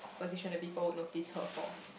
position the people would notice her for